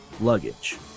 luggage